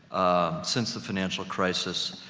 ah, since the financial crisis,